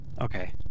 Okay